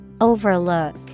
Overlook